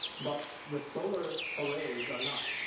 but the solar arrays are not.